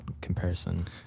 comparison